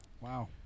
Wow